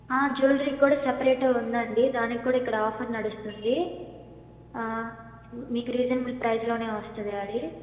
jewellery కూడా separate ఉందండి దానికి కూడా ఇక్కడ ఆఫర్ నడుస్తుంది మీకు రీజనబుల్ ప్రైస్లోనే వస్తుందది